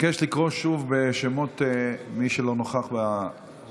אבקש לקרוא שוב בשמות מי שלא נוכח באולם.